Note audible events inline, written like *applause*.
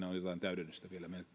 *unintelligible* on jotain täydennystä